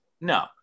No